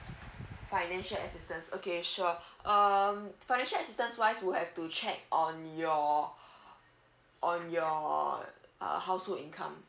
financial assistance okay sure um financial assistance wise would have to check on your on your uh household income